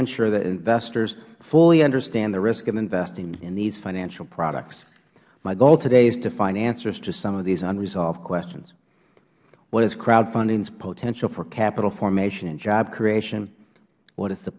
ensure that investors fully understand the risk of investing in these financial products my goal today is to find answers to some of these unresolved questions what is crowdfunding's potential for capital formation and job creation what is the